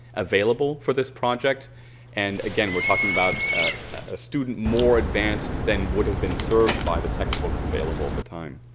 available for this project and, again, we're talking about a student more advanced than would have been served by the textbooks available at the time.